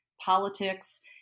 politics